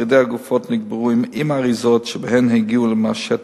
שרידי הגופות נקברו עם האריזות שבהן הגיעו מהשטח,